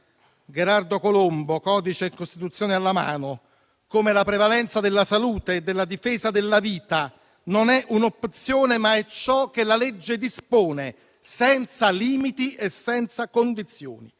Gherardo Colombo, codice e Costituzione alla mano, come la prevalenza della salute e della difesa della vita non è un'opzione, ma è ciò che la legge dispone senza limiti e senza condizioni,